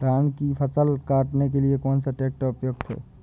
धान की फसल काटने के लिए कौन सा ट्रैक्टर उपयुक्त है?